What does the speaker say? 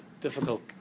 difficult